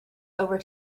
over